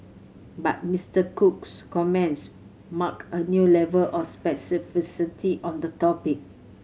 but Mister Cook's comments marked a new level of specificity on the topic